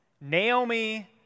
Naomi